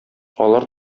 алар